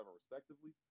respectively